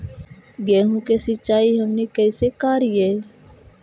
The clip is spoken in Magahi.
गेहूं के सिंचाई हमनि कैसे कारियय?